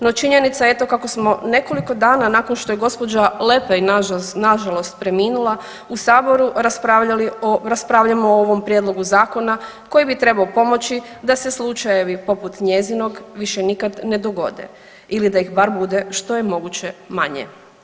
No činjenica kako smo nekoliko dana nakon što je gospođa Lepej na žalost preminula u Saboru raspravljamo o ovom prijedlogu zakona koji bi trebao pomoći da se slučajevi poput njezinog više nikad ne dogode ili da ih bar bude što je moguće manje.